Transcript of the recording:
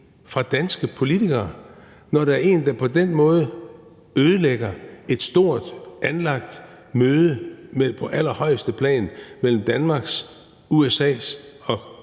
jeg hans navn igen – på den måde ødelægger et stort anlagt møde på allerhøjeste plan mellem Danmarks, USA's og